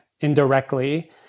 indirectly